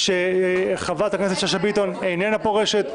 - -שחברת הכנסת שאשא ביטון איננה פורשת.